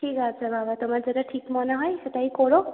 ঠিক আছে বাবা তোমার যেটা ঠিক মনে হয় সেটাই কোরো